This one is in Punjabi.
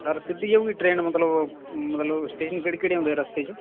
ਸਰ ਸਿੱਧੀ ਜਾਵੇਗੀ ਟ੍ਰੇਨ ਮਤਲਬ ਉਹ ਮਤਲਬ ਸਟੇਸ਼ਨ ਕਿਹੜੇ ਕਿਹੜੇ ਆਉਂਦੇ ਰਸਤੇ 'ਚ